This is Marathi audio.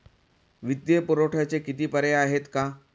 वित्तीय पुरवठ्याचे किती पर्याय आहेत का?